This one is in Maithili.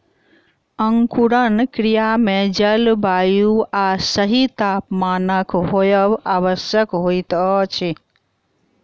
अंकुरण क्रिया मे जल, वायु आ सही तापमानक होयब आवश्यक होइत अछि